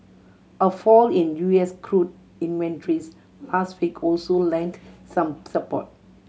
a fall in U S crude inventories last week also lent some support